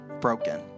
broken